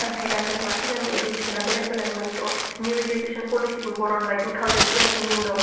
ओमफ्राय दा जोंना सिगांनि इदुकेसनआ बेलेग बेलेगमोन थह निउ इदुकेसन पलिसिखौ बरनबाय थुथावजेन्ड थुइनथिनि उनाव